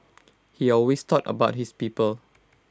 he always thought about his people